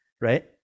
right